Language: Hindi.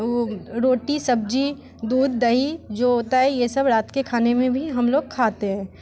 रोटी सब्जी दूध दही जो होता है ये सब रात के खाने में भी हम लोग खाते हैं